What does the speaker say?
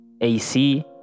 AC